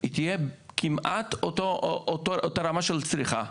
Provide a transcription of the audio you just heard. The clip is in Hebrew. היא תהיה כמעט באותה רמה של צריכה,